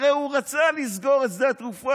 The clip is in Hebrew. הרי הוא רצה לסגור את שדה התעופה,